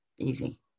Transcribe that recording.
easy